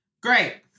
Great